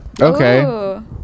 Okay